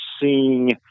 seeing